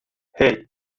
hey